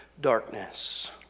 darkness